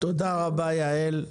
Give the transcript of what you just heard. תודה רבה, יעל.